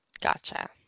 Gotcha